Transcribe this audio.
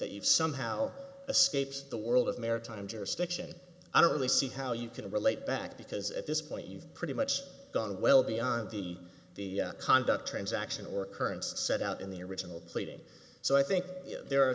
that you've somehow escaped the world of maritime jurisdiction i don't really see how you can relate back because at this point you've pretty much gone well beyond the the conduct transaction or occurrence set out in the original pleading so i think there are